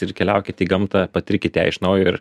ir keliaukit į gamtą patirkit ją iš naujo ir